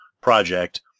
project